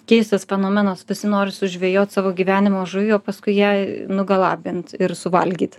keistas fenomenas visi nori sužvejot savo gyvenimo žuvį o paskui ją nugalabint ir suvalgyt